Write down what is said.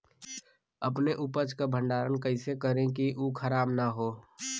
अपने उपज क भंडारन कइसे करीं कि उ खराब न हो?